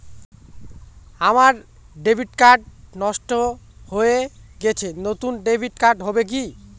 আমার debit card নষ্ট হয়ে গেছে নূতন ডেবিট কার্ড হবে কি?